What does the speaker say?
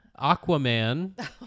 Aquaman